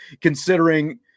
considering